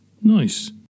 Nice